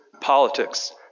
politics